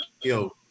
yo